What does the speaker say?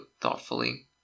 thoughtfully